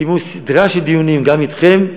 קיימו סדרה של דיונים גם אתכם,